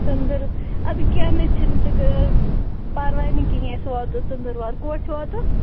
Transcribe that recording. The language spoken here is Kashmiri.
ژٔنٛدٕر اَدٕ کیٚنٛہہ نہَ حظ چھِنہٕ ژٕ گژھ پَرواے نہٕ کِہیٖنٛۍ أسۍ واتو ژٔنٛدٕروار کوٚت چھُ واتُن